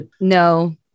No